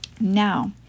now